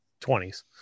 20s